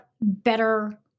better